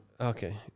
Okay